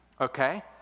Okay